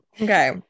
Okay